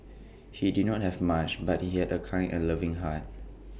he did not have much but he had A kind and loving heart